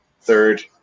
third